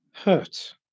hurt